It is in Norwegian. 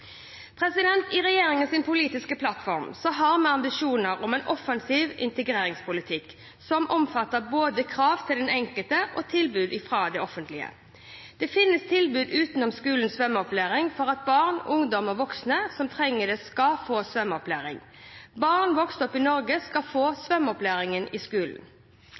politiske plattform har vi ambisjoner om en offensiv integreringspolitikk som omfatter både krav til den enkelte og tilbud fra det offentlige. Det finnes tilbud utenom skolens svømmeopplæring for at barn, ungdom og voksne som trenger det, skal få svømmeopplæring. Barn vokst opp i Norge skal få svømmeopplæring i skolen.